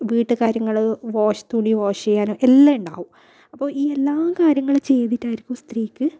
വീട്ടുകാര്യങ്ങൾ wash തുണി wash ചെയ്യാൻ എല്ലാം ഉണ്ടാവും അപ്പോൾ ഈ എല്ലാ കാര്യങ്ങളും ചെയ്തിട്ടായിരിക്കും സ്ത്രീക്ക്